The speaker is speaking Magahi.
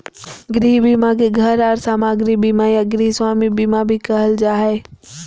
गृह बीमा के घर आर सामाग्री बीमा या गृहस्वामी बीमा भी कहल जा हय